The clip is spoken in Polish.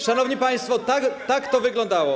Szanowni państwo, tak to wyglądało.